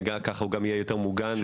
ככה הוא גם יהיה יותר מוגן.